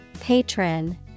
Patron